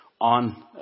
on